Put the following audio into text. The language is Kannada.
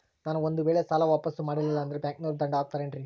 ನಾನು ಒಂದು ವೇಳೆ ಸಾಲ ವಾಪಾಸ್ಸು ಮಾಡಲಿಲ್ಲಂದ್ರೆ ಬ್ಯಾಂಕನೋರು ದಂಡ ಹಾಕತ್ತಾರೇನ್ರಿ?